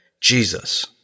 Jesus